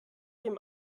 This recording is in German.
dem